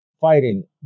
fighting